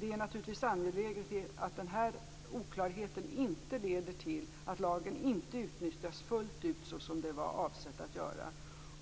Det är naturligtvis angeläget att den oklarheten inte leder till att lagen inte utnyttjas fullt ut så som det var avsett.